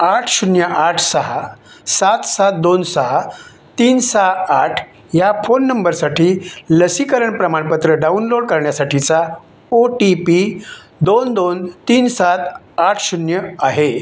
आठ शून्य आठ सहा सात सात दोन सहा तीन सहा आठ या फोन नंबरसाठी लसीकरण प्रमाणपत्र डाउनलोड करण्यासाठीचा ओ टी पी दोन दोन तीन सात आठ शून्य आहे